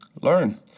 learn